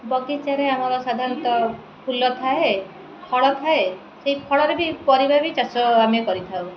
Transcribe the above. ବଗିଚାରେ ଆମର ସାଧାରଣତଃ ଫୁଲ ଥାଏ ଫଳ ଥାଏ ସେଇ ଫଳରେ ବି ପରିବା ବି ଚାଷ ଆମେ କରିଥାଉ